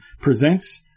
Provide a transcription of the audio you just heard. presents